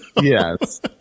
Yes